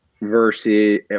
Versus